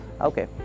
okay